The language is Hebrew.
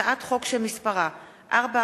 הצעת חוק השירות האזרחי,